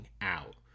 out